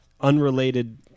Unrelated